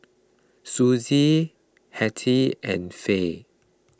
Sussie Hattie and Fay